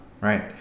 right